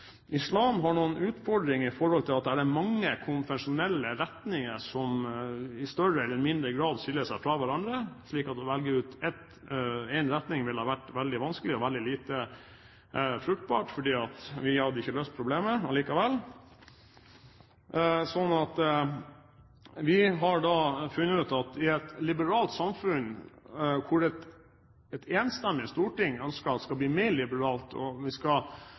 Islam har noen utfordringer ved at det er mange konfesjonelle retninger som i større eller mindre grad skiller seg fra hverandre, slik at å velge ut én retning ville ha vært veldig vanskelig og veldig lite fruktbart, for vi hadde ikke løst problemet allikevel. Vi har da funnet ut at i et liberalt samfunn, som et enstemmig storting ønsker skal bli mer liberalt, hvor vi nå også står i en prosess der vår komité skal